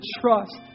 trust